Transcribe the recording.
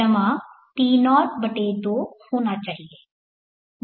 offset का मान tmin T02 होना चाहिए